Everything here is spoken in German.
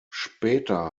später